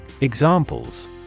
Examples